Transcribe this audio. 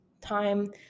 time